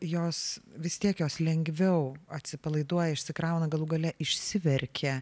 jos vis tiek jos lengviau atsipalaiduoja išsikrauna galų gale išsiverkia